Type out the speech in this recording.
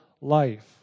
life